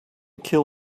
kill